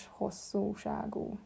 hosszúságú